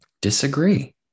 disagree